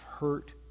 hurt